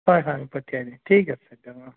হয় হয় পঠিয়াই দিম ঠিক আছে দিয়ক অঁ